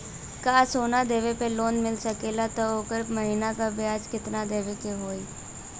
का सोना देले पे लोन मिल सकेला त ओकर महीना के ब्याज कितनादेवे के होई?